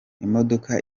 imodoka